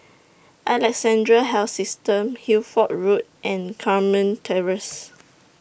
Alexandra Health System Hertford Road and Carmen Terrace